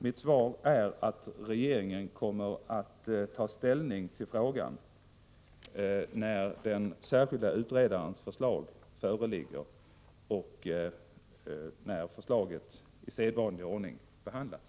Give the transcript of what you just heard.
Mitt svar är att regeringen kommer att ta ställning till frågan när den särskilda utredarens förslag föreligger och i sedvanlig ordning har behandlats.